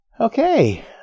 Okay